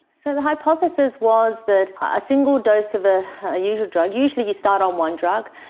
so the hypothesis was that a single dose of ah a usual drug, usually you start on one drug,